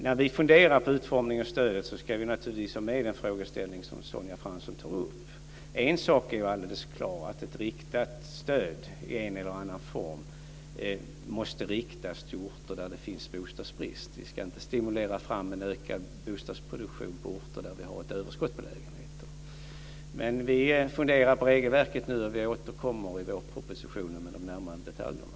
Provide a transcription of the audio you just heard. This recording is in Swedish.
När vi funderar på utformningen av stödet ska vi naturligtvis ha med den frågeställning som Sonja Fransson tar upp. En sak är ju alldeles klar, nämligen att ett riktat stöd i en eller annan form måste gå till orter där det finns bostadsbrist. Vi ska inte stimulera fram en ökad bostadsproduktion på orter där vi har ett överskott på lägenheter. Vi funderar alltså på regelverket nu, och vi återkommer i vårpropositionen med de närmare detaljerna.